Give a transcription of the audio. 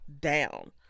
down